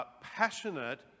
passionate